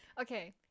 Okay